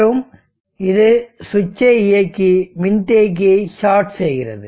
மற்றும் இது சுவிட்சை இயக்கி மின்தேக்கியை ஷாட் செய்கிறது